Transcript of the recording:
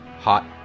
hot